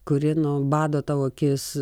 kuri nu bado tau akis